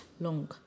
long